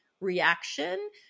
reaction